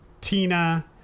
Tina